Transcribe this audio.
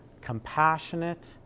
compassionate